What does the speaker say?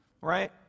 Right